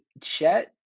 chet